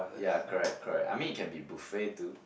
ya correct correct I mean it can be buffet too